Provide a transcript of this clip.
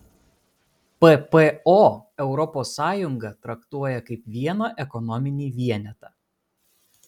ppo europos sąjungą traktuoja kaip vieną ekonominį vienetą